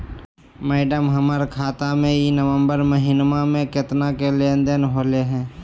madam, हमर खाता में ई नवंबर महीनमा में केतना के लेन देन होले है